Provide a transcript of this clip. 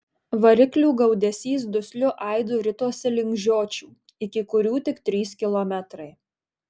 variklių gaudesys dusliu aidu ritosi link žiočių iki kurių tik trys kilometrai